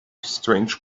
strange